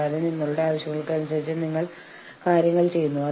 നമ്മൾ മറ്റൊരു പ്രഭാഷണത്തിൽ ഇതിനെക്കുറിച്ച് സംസാരിക്കും